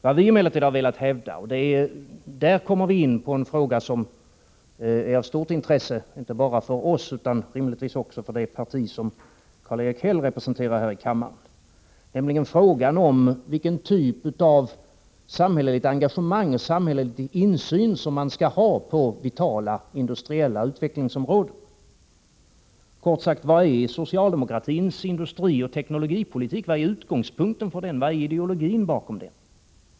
Vad vi i vpk emellertid har velat hävda — och där kommer vi in på en fråga som är av stort intresse inte bara för oss utan rimligtvis också för det parti som Karl-Erik Häll representerar här i kammaren — är betydelsen av frågan om vilken typ av samhälleligt engagemang och samhällelig insyn som man skall ha på vitala industriella utvecklingsområden. Kort sagt: Vad är utgångspunkten för socialdemokratins industrioch teknologipolitik? Vad är ideologin bakom den?